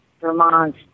Vermont